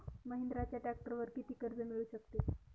महिंद्राच्या ट्रॅक्टरवर किती कर्ज मिळू शकते?